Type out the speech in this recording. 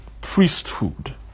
priesthood